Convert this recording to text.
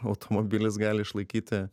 automobilis gali išlaikyti